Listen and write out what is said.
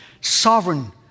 Sovereign